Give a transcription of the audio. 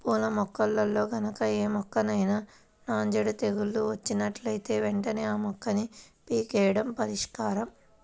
పూల మొక్కల్లో గనక ఏ మొక్కకైనా నాంజేడు తెగులు వచ్చినట్లుంటే వెంటనే ఆ మొక్కని పీకెయ్యడమే పరిష్కారం